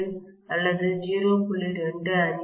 28 அல்லது 0